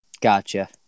Gotcha